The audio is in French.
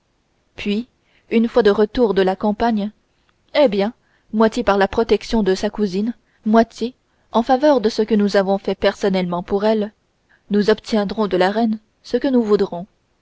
puis une fois de retour de la campagne eh bien moitié par la protection de sa cousine moitié en faveur de ce que nous avons fait personnellement pour elle nous obtiendrons de la reine ce que nous voudrons